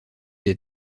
des